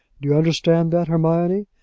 do you understand that, hermione?